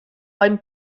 hain